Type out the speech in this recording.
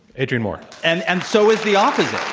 adrian moore. and and so is the opposite.